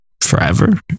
forever